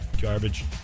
garbage